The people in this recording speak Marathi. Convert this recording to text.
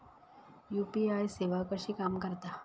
यू.पी.आय सेवा कशी काम करता?